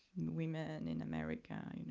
women in america, i mean